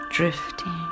Drifting